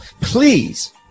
Please